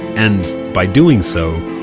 and by doing so,